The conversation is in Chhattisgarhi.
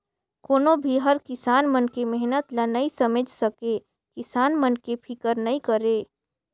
कोनो भी हर किसान मन के मेहनत ल नइ समेझ सके, किसान मन के फिकर नइ करे